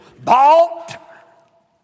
bought